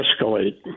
escalate